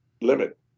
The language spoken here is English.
limit